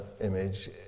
image